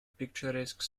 picturesque